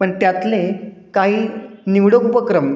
पण त्यातले काही निवड उपक्रम